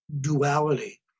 duality